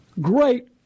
great